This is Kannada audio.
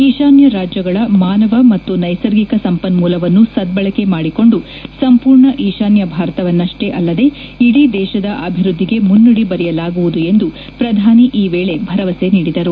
ಈಶಾನ್ಯ ರಾಜ್ಯಗಳ ಮಾನವ ಮತ್ತು ನೈಸರ್ಗಿಕ ಸಂಪನ್ಮೂಲವನ್ನು ಸದ್ಬಳಕೆ ಮಾಡಿಕೊಂಡು ಸಂಪೂರ್ಣ ಈಶಾನ್ಯ ಭಾರತವನ್ನಷ್ಟೇ ಅಲ್ಲದೇ ಇದೀ ದೇಶದ ಅಭಿವೃದ್ದಿಗೆ ಮುನ್ನುದಿ ಬರೆಯಲಾಗುವುದು ಎಂದು ಪ್ರಧಾನಿ ಈ ವೇಳೆ ಭರವಸೆ ನೀಡಿದರು